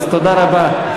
אז תודה רבה.